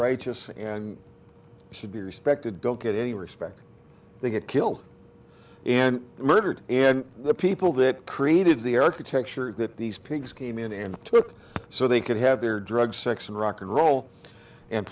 right and should be respected don't get any respect they get killed and murdered and the people that created the earth the texture that these pigs came in and took so they could have their drugs sex and rock and roll and